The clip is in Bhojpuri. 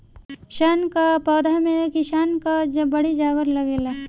सन कअ पौधा में किसानन कअ बड़ी जांगर लागेला